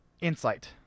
insight